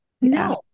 no